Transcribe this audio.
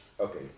okay